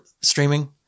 streaming